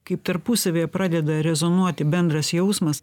kaip tarpusavyje pradeda rezonuoti bendras jausmas